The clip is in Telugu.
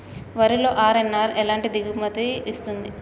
వరిలో అర్.ఎన్.ఆర్ ఎలాంటి దిగుబడి ఇస్తుంది?